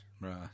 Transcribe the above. Right